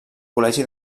col·legi